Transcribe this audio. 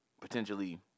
potentially